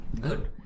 Good